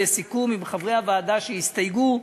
בסיכום עם חברי הוועדה שהסתייגו,